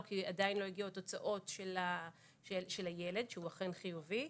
כי עדיין לא הגיעו התוצאות של הילד שהוא אכן חיובי,